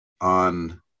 on